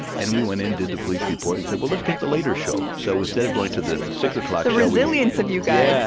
and we went in, did the police report, and said, well, let's get the later show. so instead of going to the six zero like the resilience of you guys! yeah,